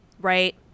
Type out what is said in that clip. right